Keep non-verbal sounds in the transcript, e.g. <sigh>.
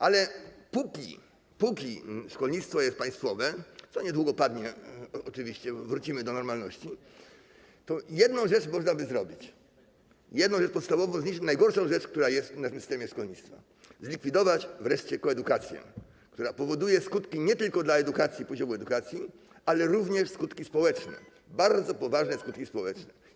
Ale póki szkolnictwo jest państwowe - co niedługo padnie oczywiście, wrócimy do normalności - to jedną rzecz można by zrobić, jedną rzecz podstawową znieść, najgorszą rzecz, która jest w naszym systemie szkolnictwa: zlikwidować wreszcie koedukację, która powoduje skutki nie tylko dla edukacji, poziomu edukacji, ale również skutki społeczne, <noise> bardzo poważne skutki społeczne.